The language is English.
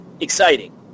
exciting